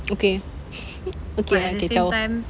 okay okay I can chao